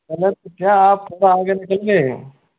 पर सर क्या आप थोड़ा आगे निकल गए हैं